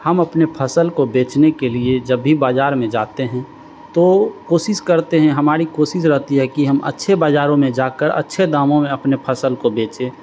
हम अपनी फसल को बेचने के लिए जब भी बाज़ार में जाते हैं तो कोशिश करते हैं हमारी कोशिश रहती है कि हम अच्छे बाज़ारो में जाकर अच्छे दामों में अपने फसल को बेचें